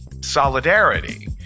solidarity